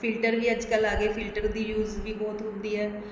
filter ਵੀ ਅੱਜ ਕੱਲ੍ਹ ਆ ਗਏ ਫਿਲਟਰ ਦੀ ਯੂਜ਼ ਵੀ ਬਹੁਤ ਹੁੰਦੀ ਹੈ